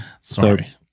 sorry